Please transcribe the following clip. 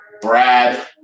Brad